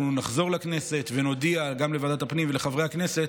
אנחנו נחזור לכנסת ונודיע גם לוועדת הפנים ולחברי הכנסת